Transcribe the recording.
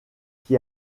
qui